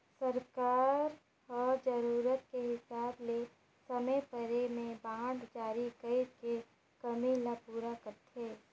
सरकार ह जरूरत के हिसाब ले समे परे में बांड जारी कइर के कमी ल पूरा करथे